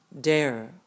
Dare